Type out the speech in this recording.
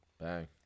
Bang